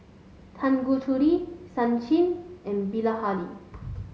Tanguturi Sachin and Bilahari